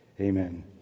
Amen